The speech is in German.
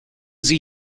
sie